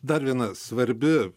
dar viena svarbi